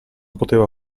poteva